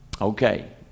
Okay